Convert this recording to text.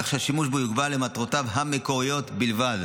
כך שהשימוש בו יוגבל למטרותיו המקוריות בלבד.